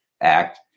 act